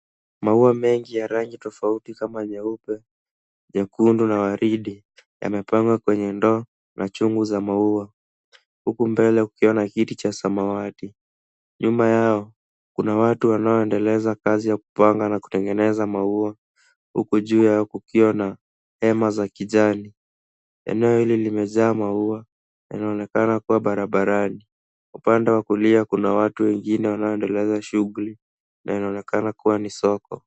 Maua mengi ya rangi tofauti kama nyeupe, nyekundu na waridi yamepandwa kwenye ndoo na chungu za maua huku mbele kukiwa na kiti cha samawati. Nyuma yao kuna watu wanaoendeleza kazi ya kupanga na kutengeneza maua huku juu yao kukiwa na hema za kijani. Eneo hili limejaa maua, inaonekana kuwa barabarani. Upande wa kulia kuna watu wengine wanaoendeleza shughuli, inaonekana kuwa ni soko.